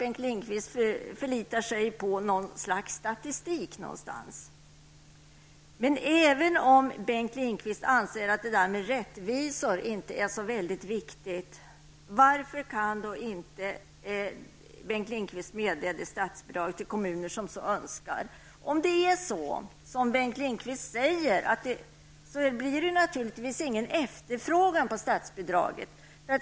Bengt Lindqvist förlitar sig förmodligen på något slags statistik. Även om Bengt Lindqvist anser att det här med rättvisa inte är så väldigt viktigt undrar jag varför inte Bengt Lindqvist kan medverka till att det utbetalas statsbidrag till de kommuner som så önskar. Om det förhåller sig så som Bengt Lindqvist säger, blir det naturligtvis ingen efterfrågan på statsbidrag.